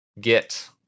get